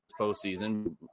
postseason